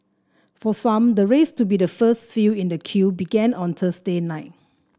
for some the race to be the first few in the queue began on Thursday night